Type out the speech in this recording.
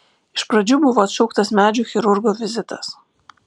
iš pradžių buvo atšauktas medžių chirurgo vizitas